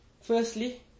Firstly